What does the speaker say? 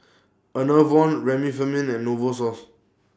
Enervon Remifemin and Novosource